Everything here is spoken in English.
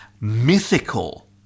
mythical